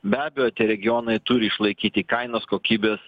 be abejo tie regionai turi išlaikyti kainos kokybės